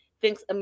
thinks